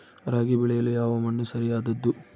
ರಾಗಿ ಬೆಳೆಯಲು ಯಾವ ಮಣ್ಣು ಸರಿಯಾದದ್ದು?